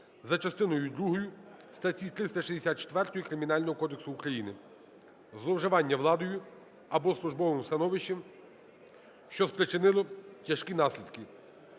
за частиною другою статті 364 Кримінального кодексу України "Зловживання владою або службовим становищем, що спричинило тяжкі наслідки".